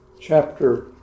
chapter